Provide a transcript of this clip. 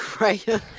right